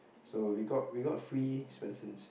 so we got we got free Swensens